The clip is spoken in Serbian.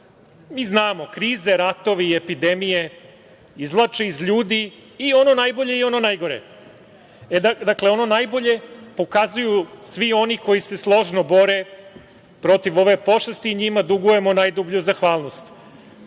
Mi znamo, krize, ratovi, epidemije izvlače iz ljudi i ono najbolje i ono najgore. Dakle, ono najbolje pokazuju svi oni koji se složno bore protiv ove pošasti i njima dugujemo najdublju zahvalnost.